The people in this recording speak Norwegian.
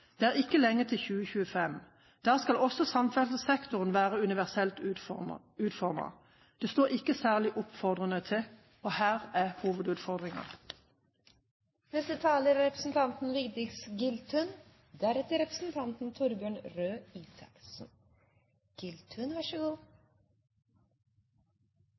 Det er ikke lenge til 2025. Da skal også samferdselssektoren være universelt utformet. Det står ikke særlig oppløftende til, og her er